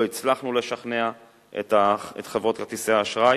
לא הצלחנו לשכנע את חברות כרטיסי האשראי.